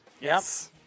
Yes